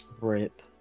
Rip